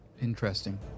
interesting